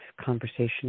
conversation